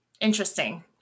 interesting